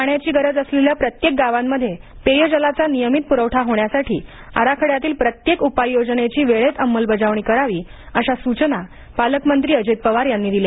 पाण्याची गरज असलेल्या प्रत्येक गावांमध्ये पेयजलाचा नियमित प्रवठा होण्यासाठी आराखड्यातील प्रत्येक उपाययोजनेची वेळेत अंमलबजावणी करावी अशा सूचना पालकमंत्री अजित पवार यांनी दिल्या